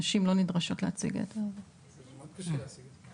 נשים לא נדרשות להציג את ה- -- זה מאוד קשה להשיג את זה,